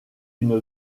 une